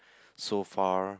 so far